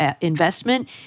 investment